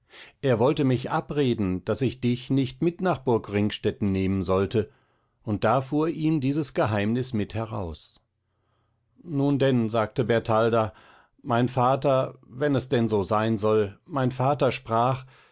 er wollte mich abreden daß ich dich nicht mit nach burg ringstetten nehmen sollte und da fuhr ihm dieses geheimnis mit heraus nun denn sagte bertalda mein vater wenn es denn so sein soll mein vater sprach